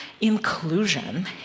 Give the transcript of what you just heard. inclusion